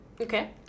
Okay